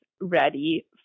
ready